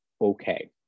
okay